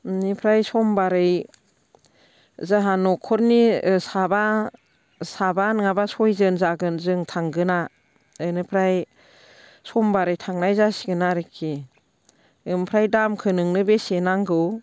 बेनिफ्राय समबारै जोंहा न'खरनि साबा नङाबा सयजोन जागोन जों थांगोना बेनिफ्राय समबारै थांनाय जासिगोन आरोखि ओमफ्राय दामखौ नोंनो बेसे नांगौ